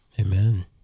amen